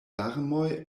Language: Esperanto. larmoj